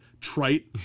trite